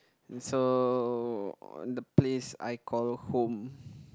so the place I call home